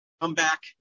comeback